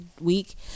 week